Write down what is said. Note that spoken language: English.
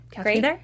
great